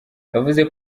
yavuze